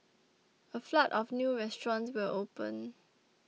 a flood of new restaurants will open